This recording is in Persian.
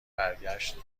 برگشت